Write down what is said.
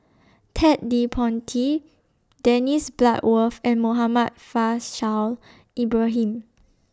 Ted De Ponti Dennis Bloodworth and Muhammad Faishal Ibrahim